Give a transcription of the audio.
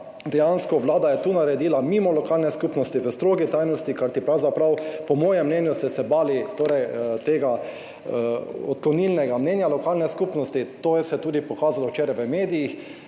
dejansko Vlada to naredila mimo lokalne skupnosti, v strogi tajnosti, kajti pravzaprav, po mojem mnenju, ste se bali odklonilnega mnenja lokalne skupnosti. To se je tudi pokazalo včeraj v medijih.